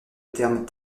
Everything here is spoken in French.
termes